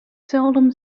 seldom